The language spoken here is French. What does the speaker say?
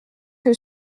que